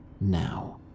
now